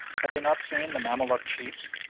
had they not seen the mamaluk chiefs,